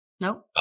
Nope